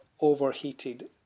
overheated